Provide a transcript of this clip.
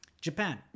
Japan